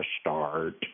start